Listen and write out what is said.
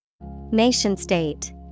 Nation-state